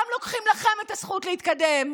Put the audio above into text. גם לוקחים לכם את הזכות להתקדם,